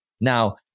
now